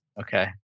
Okay